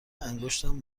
انگشتم